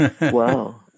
Wow